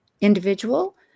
individual